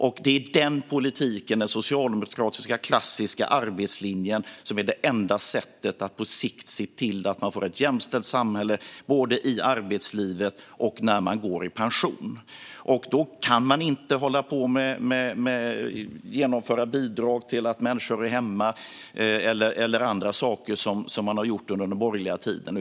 Den politiken, den klassiska socialdemokratiska arbetslinjen, är det enda sättet att se till att det på sikt blir ett jämställt samhälle, både när det gäller arbetslivet och när man går i pension. Det går inte att hålla på med att genomföra bidrag till människor som är hemma eller till andra saker, som har gjorts under den borgerliga tiden.